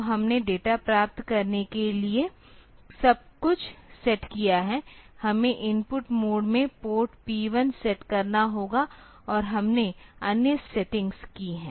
तो हमने डेटा प्राप्त करने के लिए सब कुछ सेट किया है हमें इनपुट मोड में पोर्ट P1 सेट करना होगा और हमने अन्य सेटिंग्स की हैं